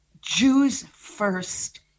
Jews-first